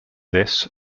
this